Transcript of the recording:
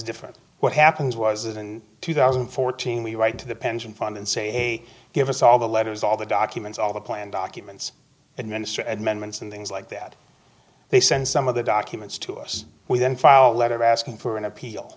different what happens was in two thousand and fourteen we write to the pension fund and say give us all the letters all the documents all the plan documents and mr edmunds and things like that they send some of the documents to us within file letter asking for an appeal